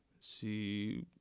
see